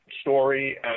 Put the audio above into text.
story